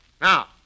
Now